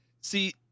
see